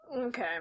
Okay